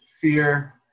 fear